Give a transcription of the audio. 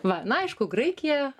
va na aišku graikija